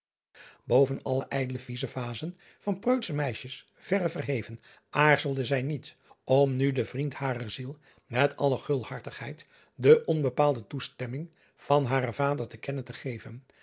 uisman ijdele vizevazen van preutsche meisjes verre verheven aarzelde zij niet om nu den vriend harer ziel met alle gulhartigheid de onbepaalde toestemming van haren vader te kennen te geven